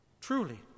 truly